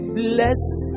blessed